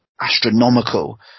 astronomical